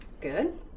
good